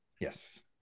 Yes